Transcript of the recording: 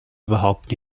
überhaupt